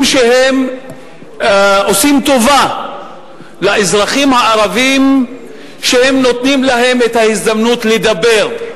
שהם עושים טובה לאזרחים הערבים שהם נותנים להם את ההזדמנות לדבר,